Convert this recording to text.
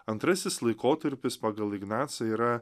antrasis laikotarpis pagal ignacą yra